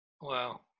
Wow